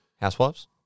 Housewives